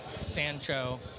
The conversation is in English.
Sancho